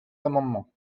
amendements